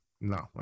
No